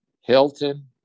Hilton